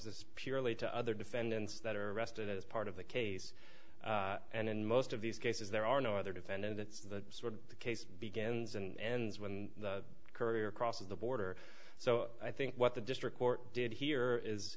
analysis purely to other defendants that are arrested as part of the case and in most of these cases there are no other defendant it's sort of the case begins and ends when the courier crosses the border so i think what the district court did here is